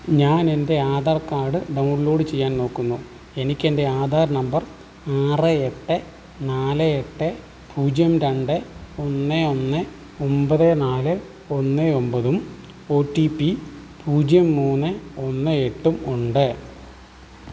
ഞാൻ എൻ്റെ Aadhaar card download ചെയ്യാൻ നോക്കുന്നു എനിക്ക് എൻ്റെ ആധാർ നമ്പർ ആറ് എട്ട് നാല് എട്ട് പൂജ്യം രണ്ട് ഒന്ന് ഒന്ന് ഒമ്പത് നാല് ഒന്ന് ഒമ്പതും ഒ റ്റി പി പൂജ്യം മൂന്ന് ഒന്ന് എട്ടും ഉണ്ട്